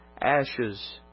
ashes